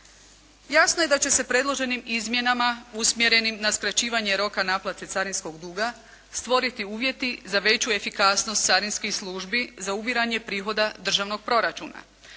Jasno je da će se predloženim izmjenama usmjerenim na skraćivanje roka naplate carinskog duga stvoriti uvjeti za veću efikasnost carinskih službi za ubiranje prihoda državnog proračuna.